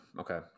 okay